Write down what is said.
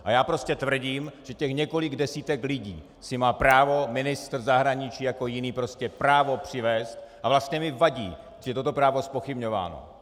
A já prostě tvrdím, že těch několik desítek lidí si má právo ministr zahraničí jako jiný přivést, a vlastně mi vadí, že je toto právo zpochybňováno.